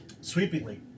sweepingly